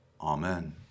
Amen